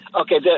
Okay